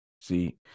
See